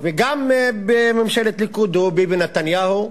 וגם בממשלת ליכוד הוא ביבי נתניהו.